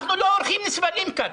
אנחנו לא אורחים נסבלים כאן.